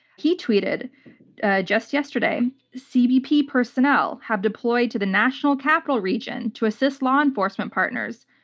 he tweeted just yesterday, cbp personnel have deployed to the national capital region to assist law enforcement partners.